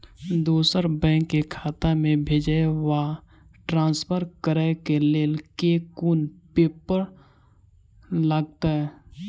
दोसर बैंक केँ खाता मे भेजय वा ट्रान्सफर करै केँ लेल केँ कुन पेपर लागतै?